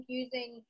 using